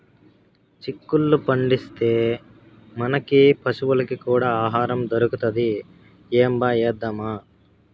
చిక్కుళ్ళు పండిస్తే, మనకీ పశులకీ కూడా ఆహారం దొరుకుతది ఏంబా ఏద్దామా